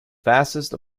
fastest